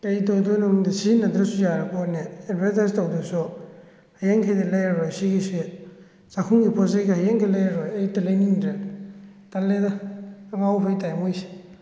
ꯀꯔꯤ ꯇꯧꯗꯣꯏꯅꯣ ꯈꯪꯗ꯭ꯔꯦ ꯁꯤꯖꯤꯟꯅꯗ꯭ꯔꯁꯨ ꯌꯥꯔꯄꯣꯠꯅꯦ ꯑꯦꯠꯚꯔꯇꯥꯏꯁ ꯇꯧꯗ꯭ꯔꯁꯨ ꯍꯌꯦꯡꯈꯩꯗꯤ ꯂꯩꯔꯔꯣꯏ ꯁꯤꯒꯤꯁꯤ ꯆꯥꯛꯈꯨꯝꯒꯤ ꯄꯣꯠꯆꯩꯒ ꯍꯌꯦꯡꯈꯩ ꯂꯩꯔꯔꯣꯏ ꯑꯩ ꯂꯩꯅꯤꯡꯗ꯭ꯔꯦ ꯇꯜꯂꯦꯗ ꯑꯉꯥꯎ ꯑꯐꯩ ꯇꯥꯏ ꯃꯣꯏꯁꯦ